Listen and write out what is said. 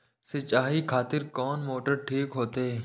सीचाई खातिर कोन मोटर ठीक होते?